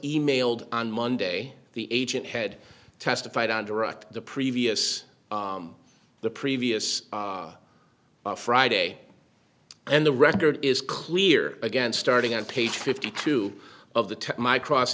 emailed on monday the agent had testified on direct the previous the previous friday and the record is clear again starting on page fifty two of the test my cross